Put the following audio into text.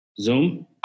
zoom